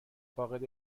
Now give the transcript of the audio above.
فاقد